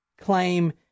claim